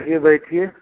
चलिए बैठिए